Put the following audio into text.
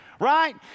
right